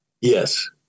Yes